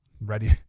ready